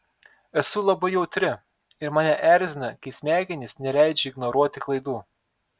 esu labai jautri ir mane erzina kai smegenys neleidžia ignoruoti klaidų